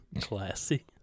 Classy